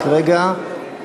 רק רגע.